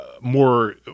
more –